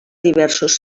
diversos